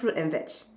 fruit and vege